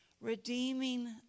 Redeeming